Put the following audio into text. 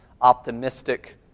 optimistic